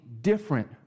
different